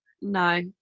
no